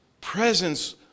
presence